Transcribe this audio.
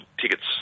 tickets